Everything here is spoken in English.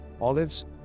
olives